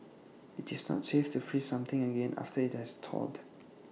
IT is not safe to freeze something again after IT has thawed